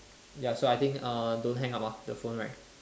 ya so I think uh don't hang up ah the phone right